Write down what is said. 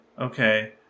Okay